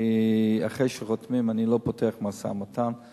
ואחרי שחותמים אני לא פותח משא-ומתן.